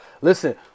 Listen